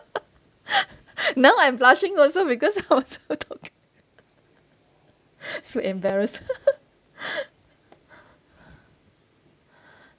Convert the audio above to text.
now I'm blushing also because I was still talking so embarrassed